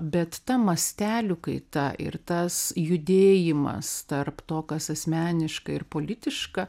bet ta mastelių kaita ir tas judėjimas tarp to kas asmeniška ir politiška